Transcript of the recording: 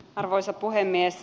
arvoisa puhemies